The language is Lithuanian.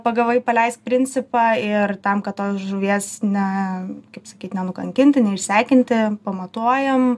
pagavai paleisk principą ir tam kad tos žuvies ne kaip sakyt nenukankinti neišsekinti pamatuojam